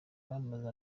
bamaze